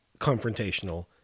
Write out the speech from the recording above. confrontational